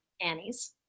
Annie's